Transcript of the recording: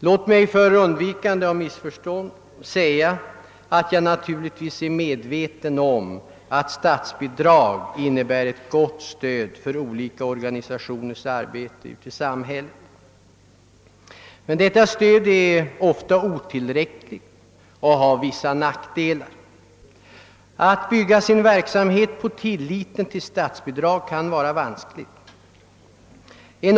Låt mig för undvikande av missförstånd säga att jag naturligtvis är medveten om att statsbidrag innebär ett gott stöd för olika organisationers arbete i vårt samhälle, men det stödet är ofta otillräckligt och har vissa nackdelar. Att bygga sin verksamhet i förtröstan på statsbidrag kan vara vanskligt.